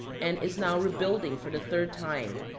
and is now rebuilding for the third time.